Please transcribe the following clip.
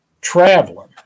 traveling